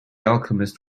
alchemist